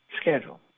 schedule